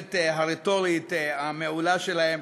וביכולת הרטורית המעולה שלהם,